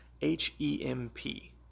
h-e-m-p